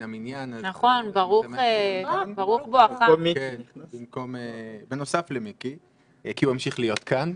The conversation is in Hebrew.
המניין בנוסף למיקי כי הוא ימשיך להיות כאן,